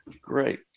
Great